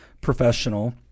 professional